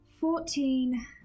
Fourteen